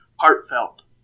Heartfelt